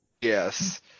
Yes